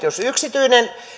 jos yksityinen